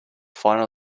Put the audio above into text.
final